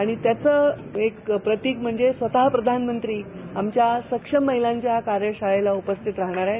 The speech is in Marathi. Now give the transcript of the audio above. आणि त्याच एक प्रतिक म्हणजे स्वतः प्रधानमंत्री आमच्या सक्षम महिलांच्या कार्यशाळेला उपस्थित राहणार आहेत